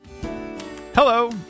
Hello